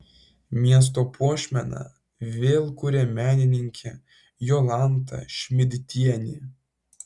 miesto puošmeną vėl kuria menininkė jolanta šmidtienė